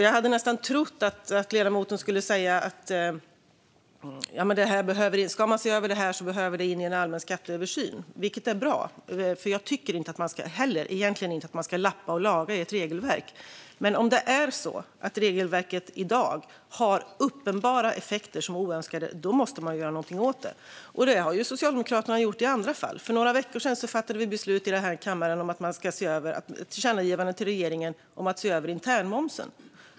Jag hade nästan trott att ledamoten skulle säga att om man ska se över det här så behöver det in i en allmän skatteöversyn, vilket vore bra, för jag tycker egentligen inte heller att man ska lappa och laga i ett regelverk. Men om regelverket i dag har uppenbara oönskade effekter måste man göra någonting åt det. Det har ju Socialdemokraterna gjort i andra fall. För några veckor sedan fattade vi beslut här i kammaren om ett tillkännagivande till regeringen om att se över internmomsen.